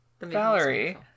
Valerie